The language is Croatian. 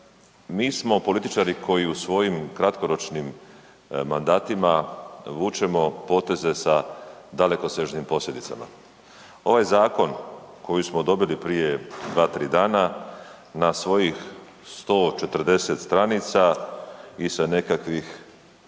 Mi smo političari koji u svojim kratkoročnim mandatima vučemo poteze sa dalekosežnim posljedicama. Ovaj zakon koji smo dobili prije 2, 3 dana na svojih 140 stranica i sa nekakvih